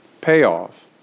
payoff